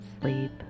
sleep